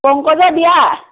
পংকজৰ বিয়া